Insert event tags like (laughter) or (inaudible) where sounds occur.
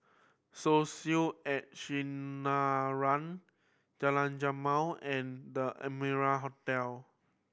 (unintelligible) at Sinaran Jalan Jamal and The Amara Hotel